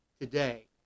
today